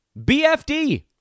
BFD